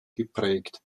geprägt